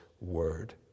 Word